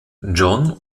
john